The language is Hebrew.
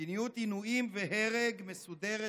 מדיניות עינויים והרג מסודרת